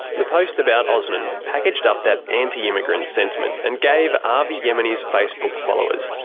the post about osman packaged up that anti-immigrant sentiment, and gave avi yemini's facebook followers.